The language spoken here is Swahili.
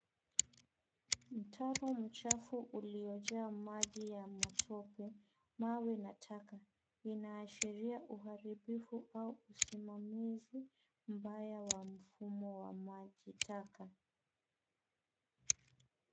Mtaro mchafu uliojaa maji ya matope, mawe na taka. Inaashiria uharibifu au usimamizi mbaya wa mfumo wa maji taka.